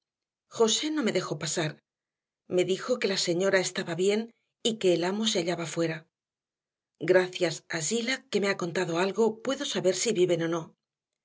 josé no me dejó pasar me dijo que la señora estaba bien y que el amo se hallaba fuera gracias a zillah que me ha contado algo puedo saber si viven o no